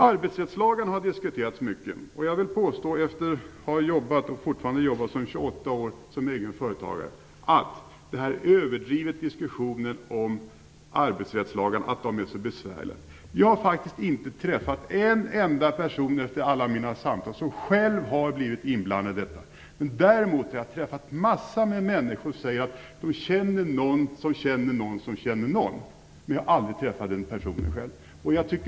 Arbetsrättslagarna har diskuterats mycket. Efter att i 28 år ha jobbat, och jag jobbar fortfarande, som egen företagare vill jag påstå att det är överdrivet att arbetsrättslagarna är så besvärliga. Jag har faktiskt inte träffat en enda person som själv har blivit inblandad i detta. Däremot har jag träffat en massa människor som säger att de känner någon som känner någon som känner någon som blivit inblandad, men jag har själv aldrig träffat den personen.